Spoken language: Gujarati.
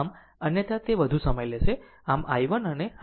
આમ અન્યથા તે વધુ સમય લેશે આમ i1 અને i2